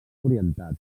orientat